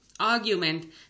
argument